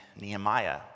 Nehemiah